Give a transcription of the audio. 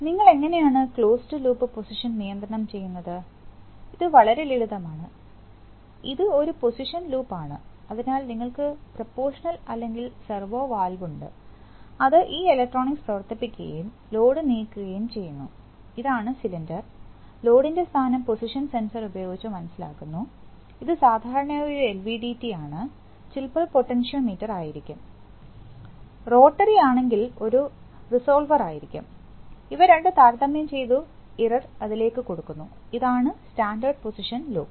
നിങ്ങൾ എങ്ങനെയാണ് closed loop position നിയന്ത്രണം ചെയ്യുന്നത് ഇത് വളരെ ലളിതമാണ് ഇത് ഒരു പൊസിഷൻ ലൂപ്പ് ആണ് അതിനാൽ നിങ്ങൾക്ക് പ്രപോർഷനൽ അല്ലെങ്കിൽ സെർവോ വാൽവ് ഉണ്ട് അത് ഈ ഇലക്ട്രോണിക്സ് പ്രവർത്തിപ്പിക്കുകയും ലോഡ് നീക്കുകയും ചെയ്യുന്നു ഇതാണ് സിലിണ്ടർ ലോഡിൻറെ സ്ഥാനം പൊസിഷൻ സെൻസർ ഉപയോഗിച്ച് മനസ്സിലാക്കുന്നു ഇത് സാധാരണയായി ഒരു എൽവിഡിടി ആണ് ചിലപ്പോൾ പൊട്ടൻഷോമീറ്റർ ആയിരിക്കും റോട്ടറിയാണെങ്കിൽ ഒരു റിസോൾവറായിരിക്കുക ഇവ രണ്ടും താരതമ്യം ചെയ്തു ഇറർ അതിലേക്കു കൊടുക്കുന്നു ഇതാണ് സ്റ്റാൻഡേർഡ് പൊസിഷൻ ലൂപ്പ്